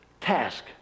task